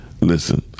listen